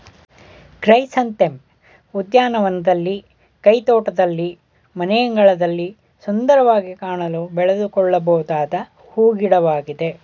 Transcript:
chrysanthemum ಉದ್ಯಾನವನದಲ್ಲಿ, ಕೈತೋಟದಲ್ಲಿ, ಮನೆಯಂಗಳದಲ್ಲಿ ಸುಂದರವಾಗಿ ಕಾಣಲು ಬೆಳೆದುಕೊಳ್ಳಬೊದಾದ ಹೂ ಗಿಡವಾಗಿದೆ